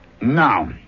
Now